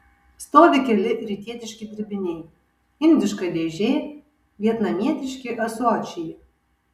stovi keli rytietiški dirbiniai indiška dėžė vietnamietiški ąsočiai